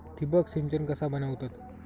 ठिबक सिंचन कसा बनवतत?